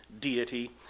deity